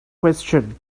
question